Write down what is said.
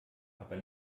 aber